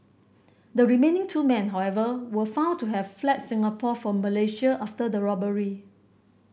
the remaining two men however were found to have fled Singapore for Malaysia after the robbery